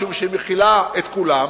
משום שהיא מכילה את כולם,